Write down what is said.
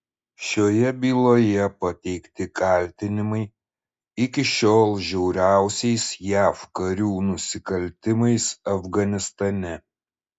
šioje byloje pateikti kaltinimai iki šiol žiauriausiais jav karių nusikaltimais afganistane